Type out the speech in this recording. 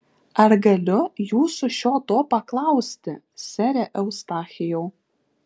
ar galiu jūsų šio to paklausti sere eustachijau